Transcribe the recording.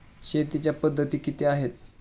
शेतीच्या पद्धती किती आहेत?